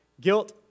guilt